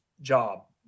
job